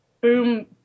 boom